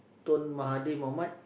Tuan-Mahathir-Mohamad